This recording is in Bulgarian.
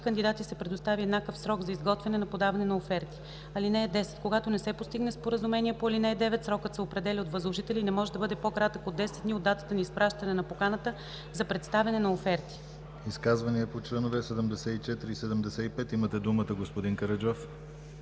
кандидати се предостави еднакъв срок за изготвяне и подаване на оферти. (10) Когато не се постигне споразумение по ал. 9, срокът се определя от възложителя и не може да бъде по-кратък от 10 дни от датата на изпращане на поканата за представяне на оферти.” ПРЕДСЕДАТЕЛ ДИМИТЪР ГЛАВЧЕВ: Изказвания по членове 74 и 75? Имате думата, господин Караджов.